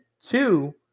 two